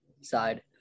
side